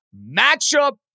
matchup